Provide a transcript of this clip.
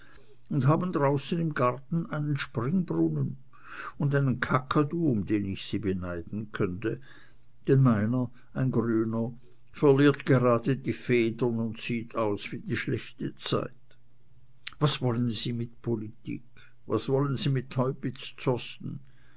und haben draußen im garten einen springbrunnen und einen kakadu um den ich sie beneiden könnte denn meiner ein grüner verliert gerade die federn und sieht aus wie die schlechte zeit was wollen sie mit politik was wollen sie mit